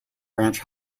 ranch